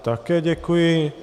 Také děkuji.